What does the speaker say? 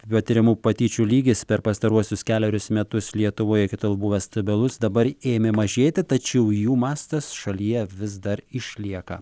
patiriamų patyčių lygis per pastaruosius kelerius metus lietuvoje iki tol buvęs stabilus dabar ėmė mažėti tačiau jų mastas šalyje vis dar išlieka